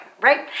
right